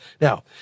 Now